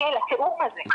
לתיאום הזה,